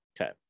Okay